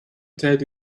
tell